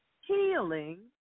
Healing